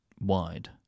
wide